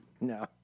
no